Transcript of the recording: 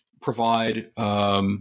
provide